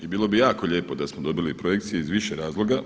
I bilo bi jako lijepo da smo dobili projekcije iz više razloga.